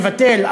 לבטל,